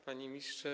Panie Ministrze!